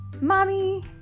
mommy